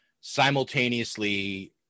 simultaneously